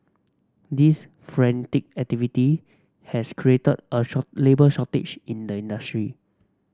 this frenetic activity has created a labour shortage in the industry